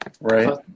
Right